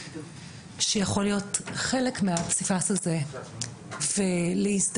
שיכול להיות חלק מהפסיפס הזה ולהזדהות,